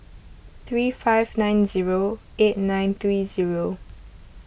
three five nine zero eight nine three zero